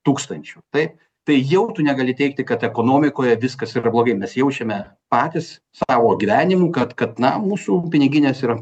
tūkstančių tai tai jau tu negali teigti kad ekonomikoje viskas yra blogai mes jaučiame patys savo gyvenimu kad kad na mūsų piniginės yra